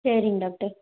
சரிங்க டாக்டர்